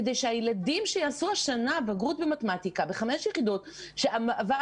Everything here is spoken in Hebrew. כדי שהילדים שיעשו השנה בגרות בחמש יח' מתמטיקה